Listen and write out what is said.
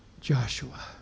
Joshua